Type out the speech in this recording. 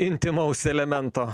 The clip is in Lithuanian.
intymaus elemento